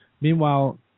Meanwhile